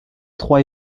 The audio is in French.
trois